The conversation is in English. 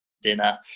dinner